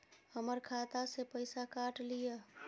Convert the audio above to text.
हमर खाता से पैसा काट लिए?